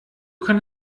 kann